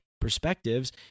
perspectives